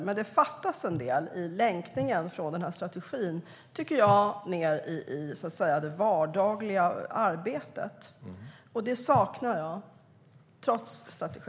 Men det fattas en del i länkningen från strategin ned till det vardagliga arbetet, och det saknar jag.